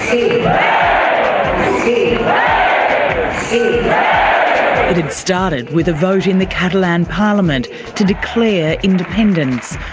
um it had started with a vote in the catalan parliament to declare independence,